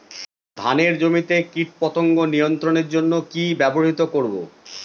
ধানের জমিতে কীটপতঙ্গ নিয়ন্ত্রণের জন্য কি ব্যবহৃত করব?